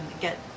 get